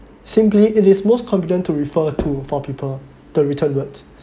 simply it is most confident to refer to for people the return what